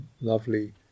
lovely